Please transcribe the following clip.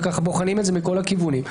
ובוחנים את זה מכל הכיוונים,